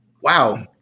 wow